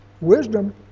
Wisdom